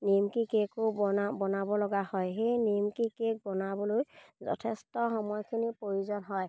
নিমকি কেকো বনা বনাব লগা হয় সেই নিমকি কেক বনাবলৈ যথেষ্ট সময়খিনি প্ৰয়োজন হয়